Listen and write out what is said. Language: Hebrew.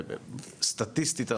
סטטיסטית,